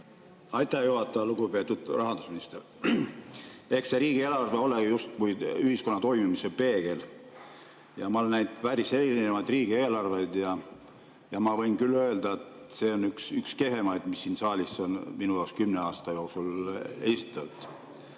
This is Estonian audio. Aitäh, juhataja! Lugupeetud rahandusminister! Eks see riigieelarve ole justkui ühiskonna toimimise peegel. Ma olen näinud päris erinevaid riigieelarveid ja võin küll öelda, et see on üks kehvemaid, mis siin saalis minu kümne aasta jooksul on esitatud.